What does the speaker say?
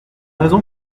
raison